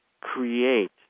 create